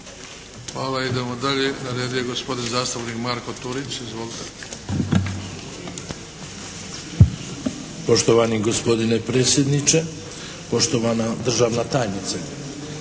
Hvala. Idemo dalje. Na redu je gospodin zastupnik Marko Turić. Izvolite. **Turić, Marko (HDZ)** Poštovani gospodine predsjedniče, poštovana državna tajnice.